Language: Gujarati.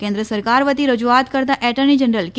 કેન્દ્ર સરકાર વતી રજૂઆત કરતા એટર્ની જનરલ કે